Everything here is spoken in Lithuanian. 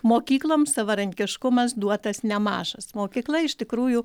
mokykloms savarankiškumas duotas nemažas mokykla iš tikrųjų